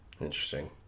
Interesting